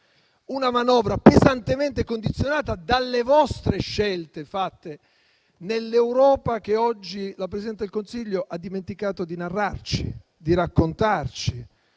una manovra pesantemente condizionata dalle vostre scelte fatte nell'Europa che oggi la Presidente del Consiglio ha dimenticato di narrarci, facendo